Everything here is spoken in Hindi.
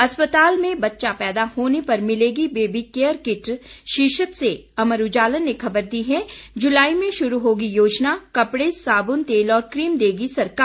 अस्पताल में बच्चा पैदा होने पर मिलेगी बेबी केयर किट शीर्षक से अमर उजाला ने खबर दी है जुलाई में शुरू होगी योजना कपड़े साबुन तेल और कीम देगी सरकार